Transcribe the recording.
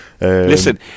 Listen